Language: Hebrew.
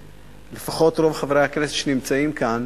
ולפחות רוב חברי הכנסת שנמצאים כאן